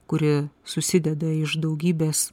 kuri susideda iš daugybės